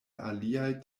aliaj